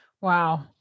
Wow